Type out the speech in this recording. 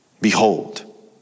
Behold